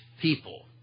people